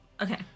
Okay